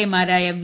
A മാരായ V